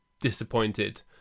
disappointed